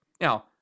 Now